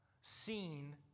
seen